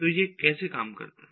तो यह कैसे काम करता है